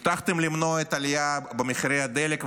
הבטחתם למנוע את העלייה במחירי הדלק,